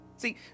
See